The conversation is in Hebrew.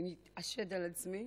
אני אתעשת על עצמי.